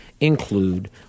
include